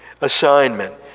assignment